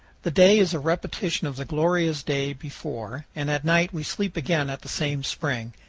the day is a repetition of the glorious day before, and at night we sleep again at the same spring.